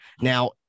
now